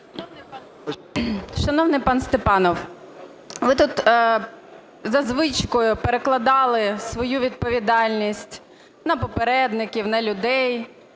Шановний пан Степанов, ви тут за звичкою перекладали свою відповідальність на попередників, на людей,